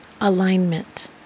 alignment